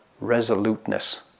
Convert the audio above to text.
resoluteness